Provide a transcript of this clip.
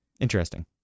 Interesting